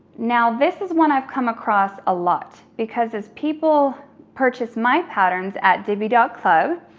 now, this is one i've come across a lot because as people purchase my patterns at diby ah club,